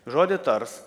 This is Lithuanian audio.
žodį tars